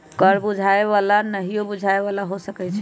कर बुझाय बला आऽ नहियो बुझाय बला हो सकै छइ